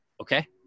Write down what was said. Okay